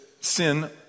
sin